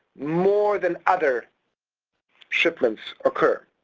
more than other shipments occur,